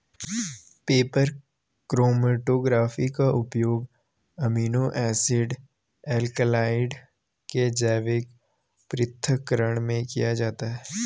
paper chromatography का उपयोग amino acid alkaloid के जैविक पृथक्करण में किया जाता है